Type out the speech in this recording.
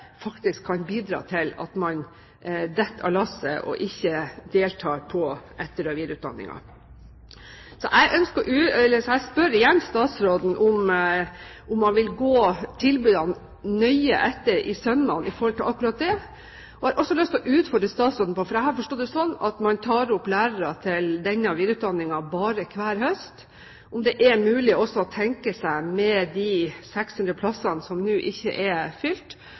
at man faller av lasset og ikke deltar på etter- og videreutdanningen. Jeg spør igjen statsråden om hun vil gå tilbudet nøye etter i sømmene med tanke på nettopp det. Så har jeg lyst til å utfordre statsråden på – for jeg forstår det slik at man tar opp lærere til denne videreutdanningen bare hver høst – om det er mulig med de 600 plassene som nå ikke er fylt,